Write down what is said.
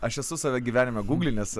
aš esu save gyvenime gūglinęs